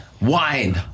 Wine